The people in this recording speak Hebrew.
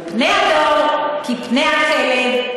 ופני הדור כפני הכלב.